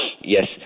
yes